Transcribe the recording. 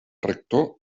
rector